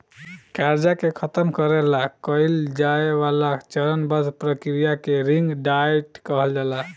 कर्जा के खतम करे ला कइल जाए वाला चरणबद्ध प्रक्रिया के रिंग डाइट कहल जाला